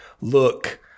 look